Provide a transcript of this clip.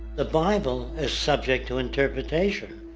the bible is subject to interpretation.